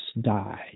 died